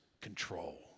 control